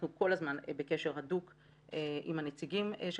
אנחנו כל הזמן בקשר הדוק עם הנציגים של